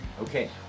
Okay